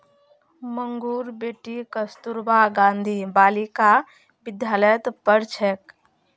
मंगूर बेटी कस्तूरबा गांधी बालिका विद्यालयत पढ़ छेक